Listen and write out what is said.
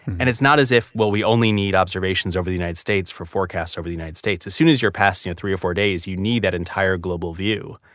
and it's not as if, we only need observations over the united states for forecasts over the united states. as soon as you're past you know three or four days, you need that entire global view.